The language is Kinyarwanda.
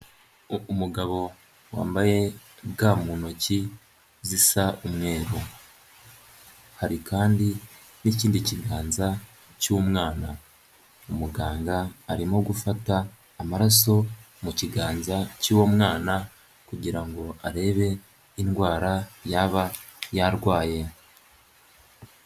Umugabo wambaye ga mu ntoki zisa umweru, hari kandi n'ikindi kiganza cy'umwana, umuganga arimo gufata amaraso mu kiganza cy'uwo mwana kugira ngo arebe indwara yaba yarwaye.